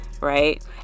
Right